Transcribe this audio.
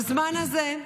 והינה, בזמן הזה,